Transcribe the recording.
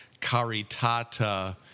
caritata